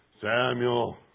Samuel